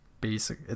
basic